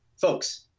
folks